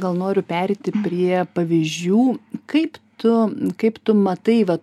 gal noriu pereiti prie pavyzdžių kaip tu kaip tu matai va